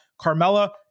Carmella